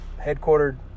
headquartered